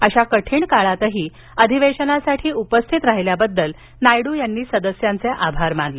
अशा कठीण काळातही अधिवेशनसाठी उपस्थित राहील्याबद्दल नायडू यांनी सदस्यांचे आभार मानले